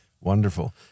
Wonderful